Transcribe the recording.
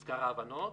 ההבנות.